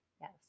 Yes